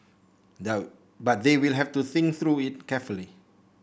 but they will have to think through it carefully